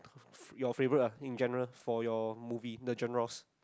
your favourite I think general for your movie not journals